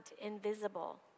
invisible